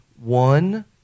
one